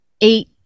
eight